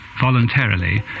voluntarily